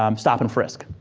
um stop and frisk.